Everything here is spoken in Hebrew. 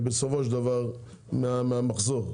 מהמחזור,